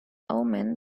omen